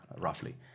roughly